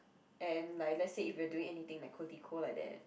and like let's say if you're doing anything like like that